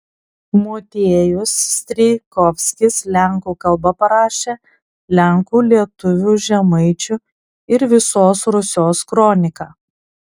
motiejus strijkovskis lenkų kalba parašė lenkų lietuvių žemaičių ir visos rusios kroniką